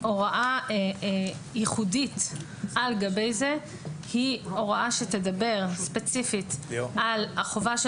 והוראה ייחודית על גבי זה היא הוראה שתדבר ספציפית על החובה של